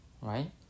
Right